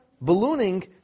ballooning